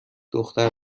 دختر